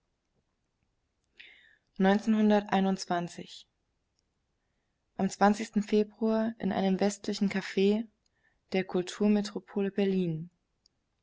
am februar in einem westlichen caf der kulturmetropole berlin